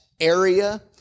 area